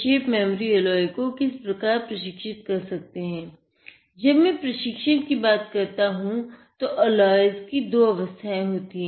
shape memory alloys होती हैं